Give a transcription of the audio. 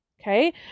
okay